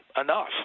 enough